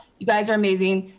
you guys are amazing.